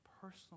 personal